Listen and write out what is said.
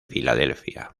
filadelfia